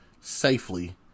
safely